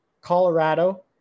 Colorado